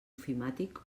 ofimàtic